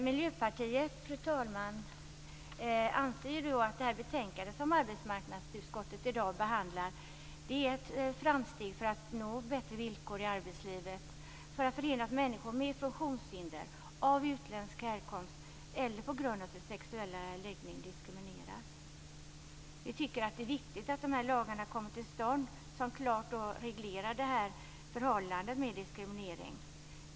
Miljöpartiet anser att arbetsmarknadsutskottets betänkande som i dag behandlas är ett framsteg för att uppnå bättre villkor i arbetslivet, för att förhindra att människor med funktionshinder, av utländsk härkomst eller på grund av sin sexuella läggning diskrimineras. Vi tycker att det är viktigt att dessa lagar kommer till stånd som klart reglerar förhållandet med diskriminering.